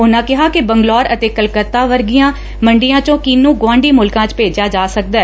ਉਨੂਾ ਕਿਹਾ ਕਿ ਬੰਗਲੌਰ ਅਤੇ ਕਲਕੱਤਾ ਵਰਗੀਆਂ ਮੰਡੀਆਂ ਚੌ ਕਿੰਨੁ ਗੁਆਂਢੀ ਮੁਲਕਾਂ ਚ ਭੇਜਿਆ ਜਾ ਸਕਦੈ